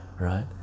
right